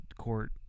court